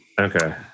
Okay